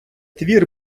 твір